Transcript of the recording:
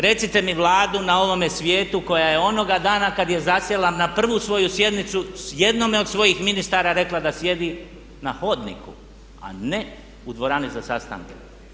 Recite mi Vladu na ovome svijetu koja je onoga dana kada je zasjela na prvu svoju sjednicu jednome od svojih ministara rekla da sjedi na hodniku a ne u dvorani za sastanke.